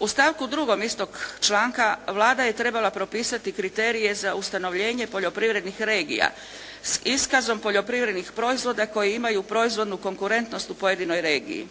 U stavku 2. istog članka Vlada je trebala propisati kriterije za ustanovljenje poljoprivrednih regija s iskazom poljoprivrednih proizvoda koji imaju proizvodnu konkurentnost u pojedinoj regiji.